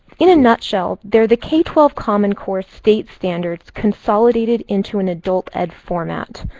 in a nutshell, they're the k twelve common core state standards consolidated into an adult ed format.